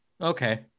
Okay